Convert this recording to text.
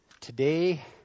today